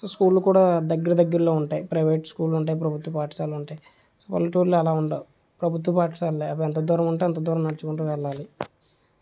so school కూడా దగ్గర దగ్గరలో ఉంటాయి ప్రైవేట్ స్కూళ్లు ఉంటాయి ప్రభుత్వ పాఠశాలలుంటాయి పల్లెటూళ్ళలో అలా ఉండవు ప్రభుత్వ పాఠశాలలే అవి ఎంత దూరం ఉంటే అంత దూరం నడుచుకుంటూ వెళ్లాలి